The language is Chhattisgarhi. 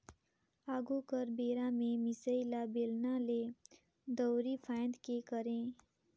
आघु कर बेरा में मिसाई ल बेलना ले, दंउरी फांएद के करे